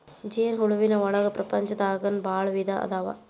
ಜೇನ ಹುಳುವಿನ ಒಳಗ ಪ್ರಪಂಚದಾಗನ ಭಾಳ ವಿಧಾ ಅದಾವ